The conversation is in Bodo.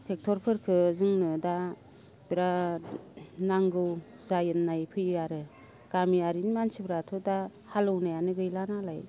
ट्रेक्टरफोरखो जोंनो दा बिराद नांगौ जानानै फैयो आरो गामियारिनि मानसिफोराथ' दा हालएवनायानो गैला नालाय